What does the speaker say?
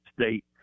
State